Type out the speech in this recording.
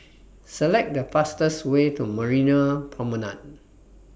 Select The fastest Way to Marina Promenade